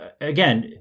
again